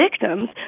victims